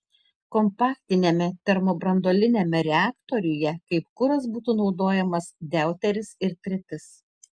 kompaktiniame termobranduoliniame reaktoriuje kaip kuras būtų naudojamas deuteris ir tritis